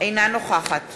אינה נוכחת